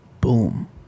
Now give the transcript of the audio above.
boom